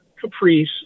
Caprice